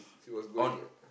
she was going uh